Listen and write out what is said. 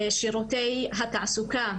בנוגע לשירותי התעסוקה,